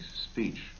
speech